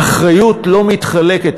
האחריות לא מתחלקת,